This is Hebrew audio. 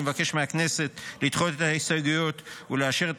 אני מבקש מהכנסת לדחות את ההסתייגויות ולאשר את